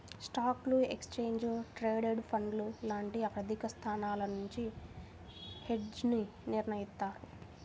స్టాక్లు, exchange traded ఫండ్లు లాంటి ఆర్థికసాధనాల నుండి హెడ్జ్ని నిర్మిత్తారు